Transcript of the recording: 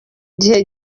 gihe